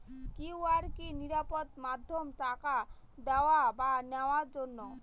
QR কি নিরাপদ মাধ্যম টাকা দেওয়া বা নেওয়ার জন্য?